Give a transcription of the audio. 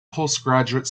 postgraduate